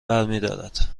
برمیدارد